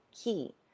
key